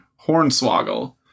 Hornswoggle